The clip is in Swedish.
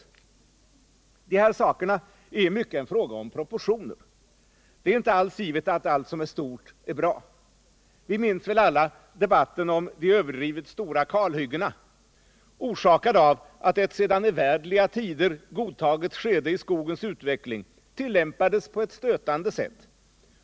De här sakerna är i mycket en fråga om proportioner. Det är inte alls givet att allt som är stort är bra. Vi minns väl alla debatten om de överdrivet stora kalhyggena, orsakad av att ett sedan evärdliga tider godtaget skede i skogens utveckling tillämpades på ett stötande sätt.